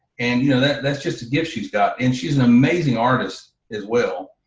and you know that's that's just a gift she's got. and she's an amazing artist as well.